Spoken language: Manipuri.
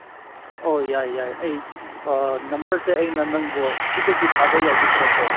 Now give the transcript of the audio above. ꯑꯣ ꯌꯥꯏ ꯌꯥꯏ ꯑꯩ ꯅꯝꯕꯔꯁꯦ ꯑꯩꯅ ꯅꯪꯕꯨ ꯁꯤꯗꯒꯤ ꯊꯥꯕ ꯌꯥꯈꯤꯗ꯭ꯔꯣꯀꯣ